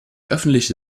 öffentliche